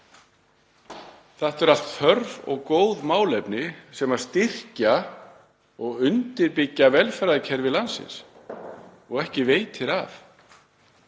Þetta eru allt þörf og góð málefni sem styrkja og undirbyggja velferðarkerfi landsins og ekki veitir af.